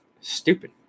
stupid